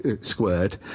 squared